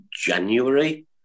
January